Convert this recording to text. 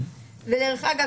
ודרך אגב,